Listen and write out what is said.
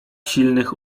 silnych